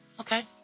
okay